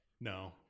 No